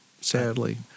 sadly